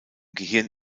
gehirn